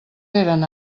eren